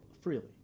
freely